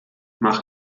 mach